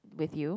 with you